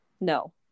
no